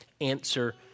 answer